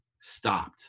stopped